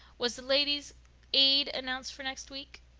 was the ladies' aid announced for next week?